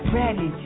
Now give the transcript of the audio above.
ready